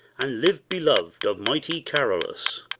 and live belov'd of mighty carolus.